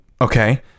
Okay